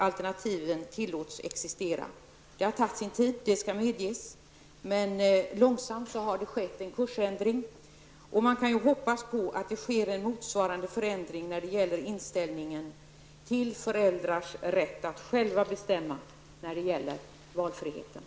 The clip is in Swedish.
Alternativ tillåts existera. Denna förändring har tagit tid -- det skall medges. Men långsamt har vi fått en kursändring. Det är bara att hoppas att en motsvarande förändring skall ske beträffande inställningen till föräldrars rätt att själva bestämma. Det handlar alltså om valfriheten.